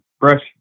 brush